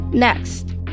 Next